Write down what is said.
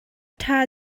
ṭha